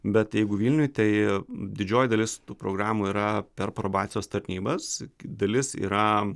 bet jeigu vilniuj tai didžioji dalis tų programų yra per probacijos tarnybas dalis yra